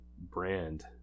brand